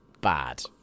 Bad